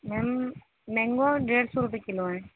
میم mango ڈیڑھ سو روپیے کلو ہیں